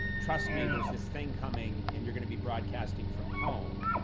truff me, there's this thing coming, and you're going to be broadcasting from home,